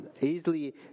easily